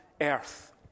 Earth